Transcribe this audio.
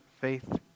faith